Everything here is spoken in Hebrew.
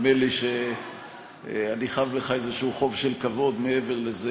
נדמה לי שאני חייב לך איזה חוב של כבוד מעבר לזה,